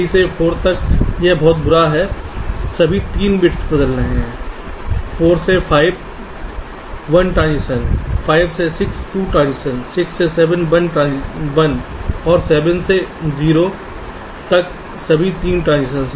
3 से 4 तक यह बहुत बुरा है सभी 3 बिट्स बदल रहे हैं 4 से 5 1 ट्रांजिशन 5 से 6 2 ट्रांजिशंस 6 से 7 1 और फिर 7 से 0 तक सभी 3 ट्रांजिशंस